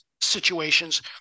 situations